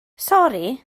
sori